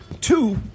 Two